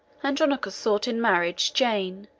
andronicus sought in marriage jane,